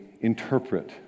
interpret